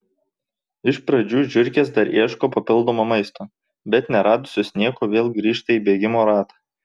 iš pradžių žiurkės dar ieško papildomo maisto bet neradusios nieko vėl grįžta į bėgimo ratą